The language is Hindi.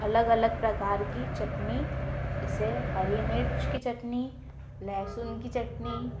अलग अलग प्रकार की चटनी इसे हरी मिर्च की चटनी लहसुन की चटनी